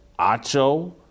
Acho